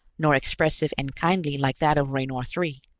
nor expressive and kindly like that of raynor three.